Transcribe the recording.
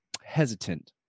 hesitant